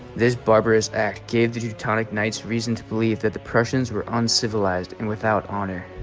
this barbarous act gave the teutonic knights reason to believe that the prussians were uncivilized and without honor